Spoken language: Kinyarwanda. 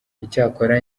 icyakora